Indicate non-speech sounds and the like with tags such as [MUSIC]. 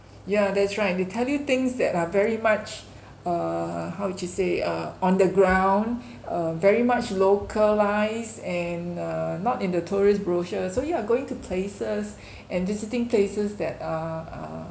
yeah that's right they tell you things that are very much err how would you say uh on the ground [BREATH] uh very much localised and err not in the tourist brochure so you are going to places [BREATH] and visiting places that uh uh